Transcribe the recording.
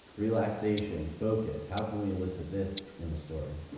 relaxation, focus. how can we elicit this in the story?